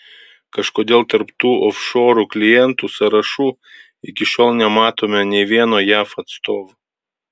kažkodėl tarp tų ofšorų klientų sąrašų iki šiol nematome nė vieno jav atstovo